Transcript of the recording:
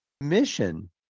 mission